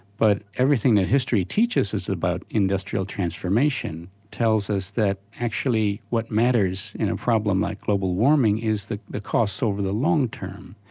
but everything that history teaches us about industrial transformation tells us that actually what matters in a problem like global warming is the the costs over the long term.